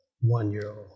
one-year-old